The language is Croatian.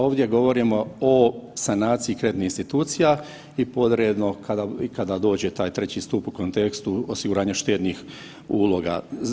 Ovdje govorimo o sanaciji kreditnih institucija i podredno i kada dođe taj 3. stup u kontekstu osiguranja štednih uloga.